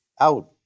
out